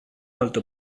altă